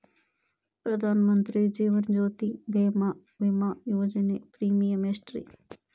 ಪ್ರಧಾನ ಮಂತ್ರಿ ಜೇವನ ಜ್ಯೋತಿ ಭೇಮಾ, ವಿಮಾ ಯೋಜನೆ ಪ್ರೇಮಿಯಂ ಎಷ್ಟ್ರಿ?